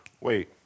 wait